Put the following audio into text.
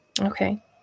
Okay